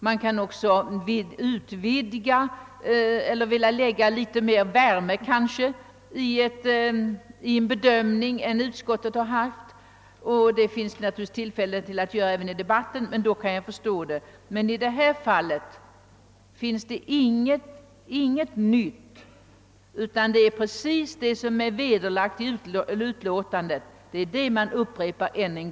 Man kan också utvidga förslagen eller kanske vilja lägga in mera värme i en viss bedömning än vad utskottet har gjort — det finns naturligtvis tillfälle till detta i debatten också — och i så fall kan jag förstå det. I detta fall finns det emellertid ingenting nytt i yttrandet, utan där upprepas precis vad som redan blivit vederlagt av utskottet i utlåtandet.